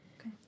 okay